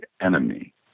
enemy